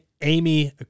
Amy